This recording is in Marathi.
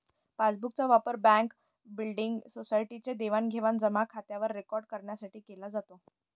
पासबुक चा वापर बँक, बिल्डींग, सोसायटी चे देवाणघेवाण जमा खात्यावर रेकॉर्ड करण्यासाठी केला जातो